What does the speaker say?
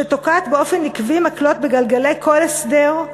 שתוקעת באופן עקבי מקלות בגלגלי כל הסדר,